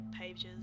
pages